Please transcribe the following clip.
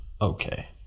okay